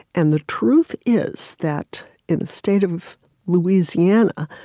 and the truth is that in the state of louisiana,